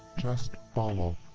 just follow